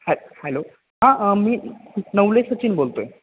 हॅ हॅलो हां मी नवले सचिन बोलतो आहे